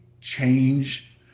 change